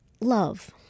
love